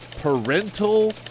parental